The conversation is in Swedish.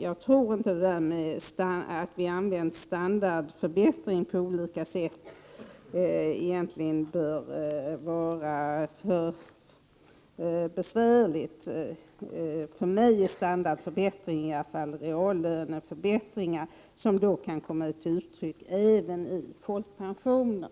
Jag tror inte att det där med att vi har använt begreppet standardförbättringar på olika sätt egentligen bör vara för besvärligt. För mig i alla fall är standardförbättringar detsamma som reallöneförbättringar, som även bör kunna komma till uttryck i folkpensionen.